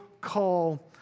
call